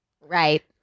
Right